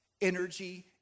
energy